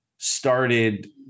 Started